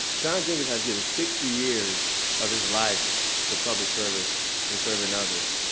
john jenkins has given sixty years of his life to public service and serving others.